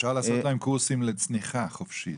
אפשר לעשות להם קורסים לצניחה חופשית.